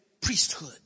priesthood